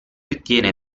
ottiene